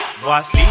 Voici